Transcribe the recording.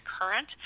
current